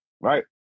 Right